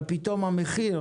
אבל פתאום המחיר